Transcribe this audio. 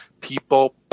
people